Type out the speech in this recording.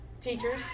teachers